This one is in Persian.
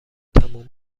تموم